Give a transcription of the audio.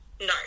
no